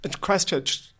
Christchurch